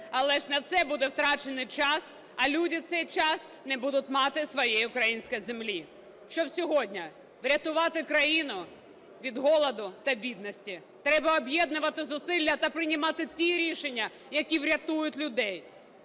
Але ж на це буде втрачений час, а люди в цей час не будуть мати своєї української землі. Щоб сьогодні врятувати країну від голоду та бідності, треба об'єднувати зусилля та приймати ті рішення, які врятують людей,